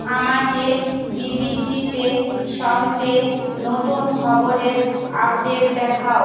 আমাকে বিবিসিতে সবচেয়ে নতুন খবরের আপডেট দেখাও